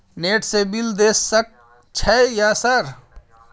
Net से bill देश सक छै यह सर?